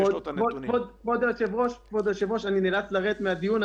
כבוד היושב-ראש, אני נאלץ לרדת מהדיון.